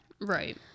right